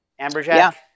Amberjack